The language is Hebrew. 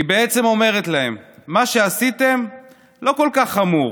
היא בעצם אומרת להם: מה שעשיתם לא כל כך חמור.